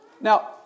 Now